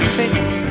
tricks